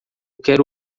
quero